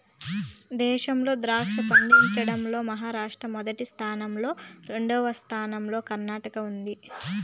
దేశంలో ద్రాక్ష పండించడం లో మహారాష్ట్ర మొదటి స్థానం లో, రెండవ స్థానం లో కర్ణాటక ఉంది